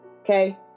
Okay